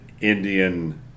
Indian